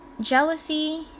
jealousy